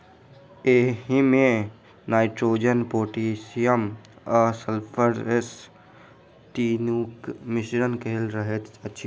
एहिमे nitrogen, potassium आ phosphorus तीनूक मिश्रण कएल रहैत अछि